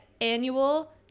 annual